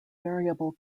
variable